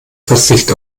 verzicht